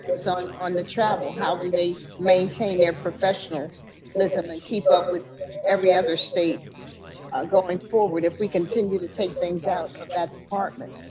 so on on the travel, how do they maintain their professionalism um and keep up with every other state going forward if we continue to take things out of that department?